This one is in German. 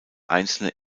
einzelne